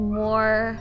more